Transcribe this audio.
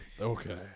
Okay